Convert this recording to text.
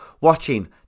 watching